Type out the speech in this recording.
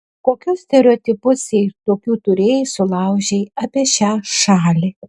kokius stereotipus jei tokių turėjai sulaužei apie šią šalį